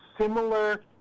similar